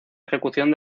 ejecución